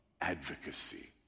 advocacy